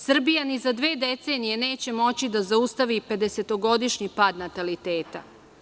Srbija ni za dve decenije neće moći da zaustavi 50-togodišnji pad nataliteta.